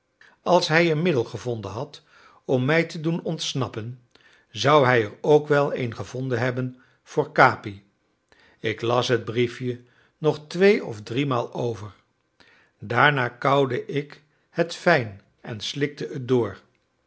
als hij een middel gevonden had om mij te doen ontsnappen zou hij er ook wel een gevonden hebben voor capi ik las het briefje nog twee of driemaal over daarna kauwde ik het fijn en slikte het door